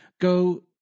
go